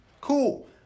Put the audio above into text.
Cool